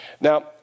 Now